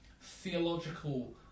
theological